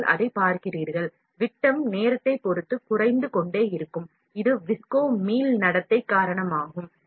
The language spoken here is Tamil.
நீங்கள் அதைப் பார்க்கவும் விட்டம் நேரத்தைப் பொறுத்து குறைந்து கொண்டே இருக்கும் இதற்கு விஸ்கோ elastic behavior உம் ஒரு காரணமாக திகழ்கிறது